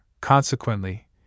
consequently